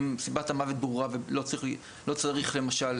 אם סיבת המוות ברורה ולא צריך למשל,